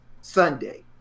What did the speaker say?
Sunday